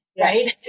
right